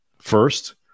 first